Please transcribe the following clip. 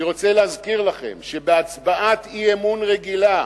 אני רוצה להזכיר לכם שבהצבעת אי-אמון רגילה,